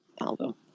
album